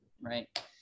right